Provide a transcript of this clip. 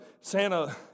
Santa